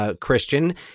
Christian